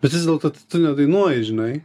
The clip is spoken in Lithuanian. bet vis dėlto tu nedainuoji žinai